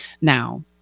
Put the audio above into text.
Now